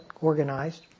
organized